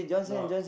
no